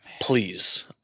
Please